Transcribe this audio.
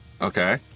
Okay